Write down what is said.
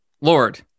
Lord